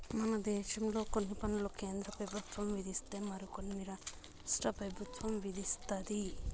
మన దేశంలో కొన్ని పన్నులు కేంద్ర పెబుత్వం విధిస్తే మరి కొన్ని రాష్ట్ర పెబుత్వం విదిస్తది